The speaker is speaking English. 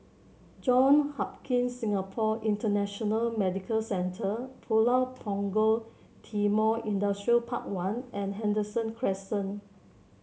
Johns Hopkins Singapore International Medical Centre Pulau Punggol Timor Industrial Park One and Henderson Crescent